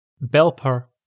belper